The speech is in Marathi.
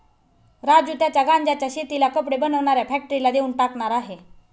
राजू त्याच्या गांज्याच्या शेतीला कपडे बनवणाऱ्या फॅक्टरीला देऊन टाकणार आहे